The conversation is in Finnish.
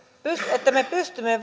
että me pystymme